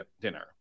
dinner